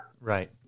Right